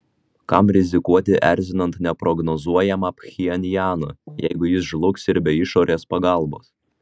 kam rizikuoti erzinant neprognozuojamą pchenjaną jeigu jis žlugs ir be išorės pagalbos